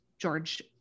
George